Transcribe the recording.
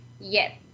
Yes